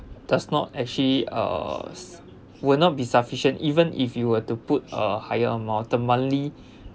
does not actually uh s~ will not be sufficient even if you were to put a higher amount term monthly